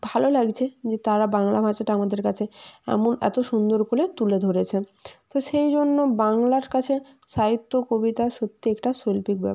ভালো লাগছে যে তারা বাংলা ভাষাটা আমাদের কাছে এমন এত সুন্দর করে তুলে ধরেছেন তো সেই জন্য বাংলার কাছে সাহিত্য কবিতা সত্যি একটা শৈল্পিক ব্যাপার